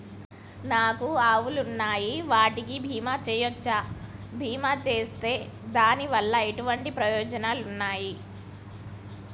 నాకు ఆవులు ఉన్నాయి వాటికి బీమా చెయ్యవచ్చా? బీమా చేస్తే దాని వల్ల ఎటువంటి ప్రయోజనాలు ఉన్నాయి?